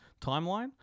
timeline